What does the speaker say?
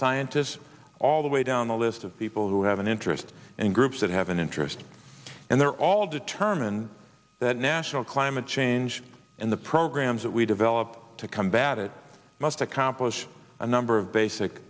scientists all the way down the list of people who have an interest and groups that have an interest and they're all determined that national climate change and the programs that we develop to combat it must accomplish a number of basic